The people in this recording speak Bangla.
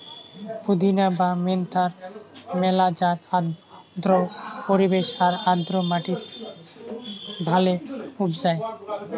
পুদিনা বা মেন্থার মেলা জাত আর্দ্র পরিবেশ আর আর্দ্র মাটিত ভালে উবজায়